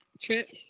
trip